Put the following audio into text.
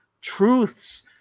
truths